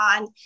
on